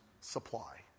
supply